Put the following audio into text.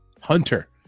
hunter